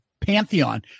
Pantheon